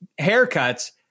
haircuts